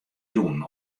jûn